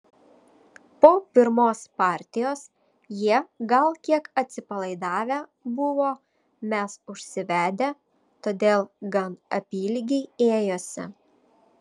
po pirmos partijos jie gal kiek atsipalaidavę buvo mes užsivedę todėl gan apylygiai ėjosi